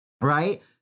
right